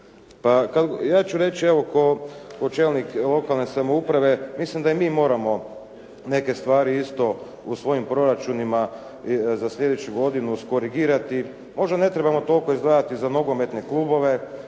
ja ću reći kao čelnik lokalne samouprave, mislim d i mi moramo neke stvari isto u svojim proračunima za sljedeću godina iskorigirati. Možda ne trebamo toliko izdvajati za nogometne klubove,